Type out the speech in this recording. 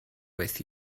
with